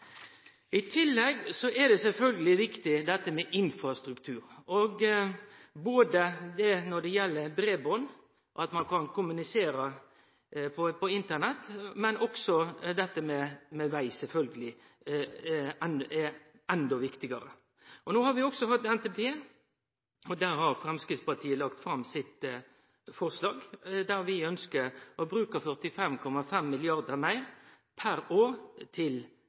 I tillegg er sjølvsagt dette med infrastruktur viktig, både når det gjeld breiband, at ein kan kommunisere via Internett, og når det gjeld veg, som er endå viktigare. No har vi fått ein ny NTP, og der har Framstegspartiet lagt fram eit forslag om å bruke 45,5 mrd. meir per år til